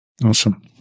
Awesome